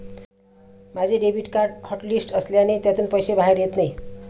माझे debit card hotlist असल्याने त्यातून पैसे बाहेर येत नाही